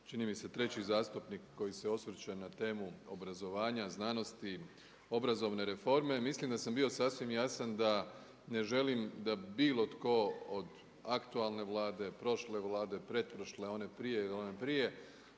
čini mi se treći zastupnik koji se osvrće na temu obrazovanja, znanosti, obrazovne reforme. Mislim da sam bio sasvim jasan da ne želim da bilo tko od aktualne Vlade, prošle Vlade, pretprošle, one prije uzima